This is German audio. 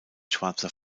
schwarzer